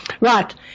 Right